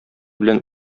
белән